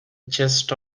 chest